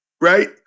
right